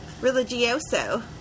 Religioso